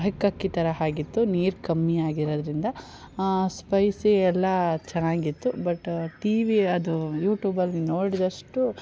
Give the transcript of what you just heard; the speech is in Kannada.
ಹೆಕ್ಕಕ್ಕಿ ಥರ ಹಾಗಿತ್ತು ನೀರು ಕಮ್ಮಿಯಾಗಿ ಇರೋದ್ರಿಂದ ಸ್ಪೈಸಿ ಎಲ್ಲ ಚೆನ್ನಾಗಿತ್ತು ಬಟ್ ಟಿ ವಿ ಅದು ಯುಟ್ಯೂಬಲ್ಲಿ ನೋಡಿದಷ್ಟು